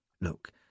Look